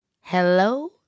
Hello